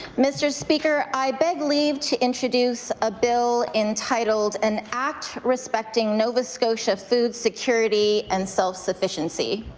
mr. speaker, i beg leave to introduce a bill entitled an act respecting nova scotia food security and self-sufficiency.